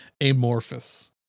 amorphous